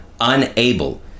unable